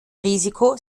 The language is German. risiko